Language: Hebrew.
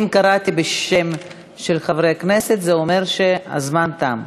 אם קראתי בשם של חבר הכנסת, זה אומר שהזמן תם.